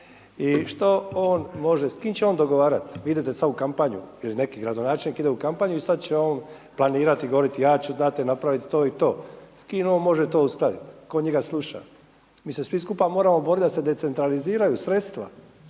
I što on može? S kim će on dogovarat? Vi idete sad u kampanju ili neki gradonačelnik ide u kampanju i sad će on planirati, govoriti ja ću dati napraviti to i to. S kim on može to uskladiti? Tko njega sluša? Mi se svi skupa moramo boriti da se decentraliziraju sredstva